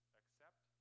accept